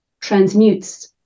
transmutes